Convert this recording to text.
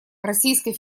российской